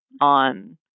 on